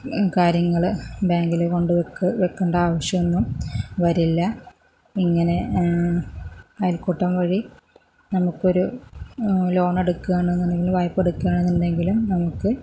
കാര്യങ്ങള് ബാങ്കില് കൊണ്ട് വെക്ക് വയ്ക്കണ്ട ആവശ്യമൊന്നും വരില്ല ഇങ്ങനെ അയല്ക്കൂട്ടം വഴി നമുക്കൊരു ലോണ് എടുക്കയാണെന്നുണ്ടെങ്കില് വായ്പ്പ എടുക്കുകയാണെന്നുണ്ടെങ്കിലും നമുക്ക്